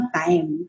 time